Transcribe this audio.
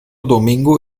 domingo